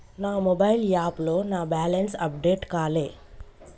నా మొబైల్ యాప్లో నా బ్యాలెన్స్ అప్డేట్ కాలే